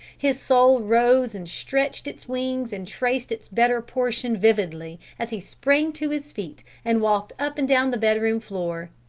his soul rose and stretched its wings and traced its better portion vividly, as he sprang to his feet and walked up and down the bedroom floor.